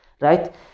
right